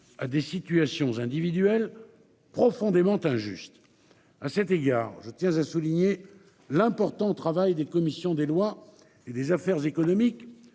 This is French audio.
à des situations individuelles. Profondément injuste. À cet égard, je tiens à souligner l'important travail des commissions des lois et des affaires économiques